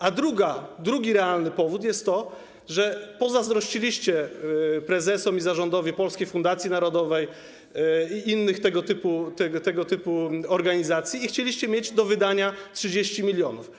A drugi realny powód jest taki, że pozazdrościliście prezesom i zarządowi Polskiej Fundacji Narodowej i innych tego typu organizacji i chcieliście mieć do wydania 30 mln.